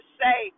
say